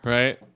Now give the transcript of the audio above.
right